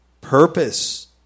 purpose